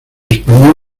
españolas